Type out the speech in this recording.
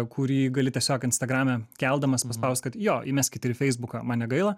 kurį gali tiesiog instagrame keldamas paspaust kad jo įmeskit ir į feisbuką man negaila